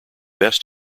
best